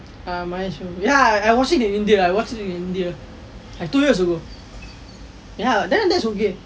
ah mahesh babu ya I watched it in India I watched it in India like two years ago ya that one that's okay